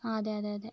ആ അതെ അതെ അതെ